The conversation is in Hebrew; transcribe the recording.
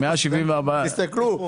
תסתכלו.